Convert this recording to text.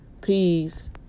Peace